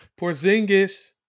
Porzingis